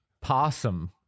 possum